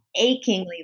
achingly